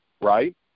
right